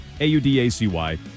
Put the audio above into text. A-U-D-A-C-Y